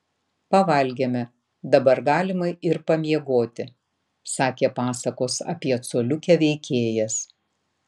pavalgėme dabar galima ir pamiegoti sakė pasakos apie coliukę veikėjas